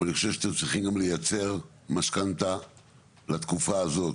ואני חושב שאתם צריכים גם לייצר משכנתא לתקופה הזאת,